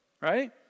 Right